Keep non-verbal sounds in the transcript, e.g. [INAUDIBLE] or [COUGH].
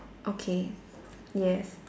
okay [NOISE] yes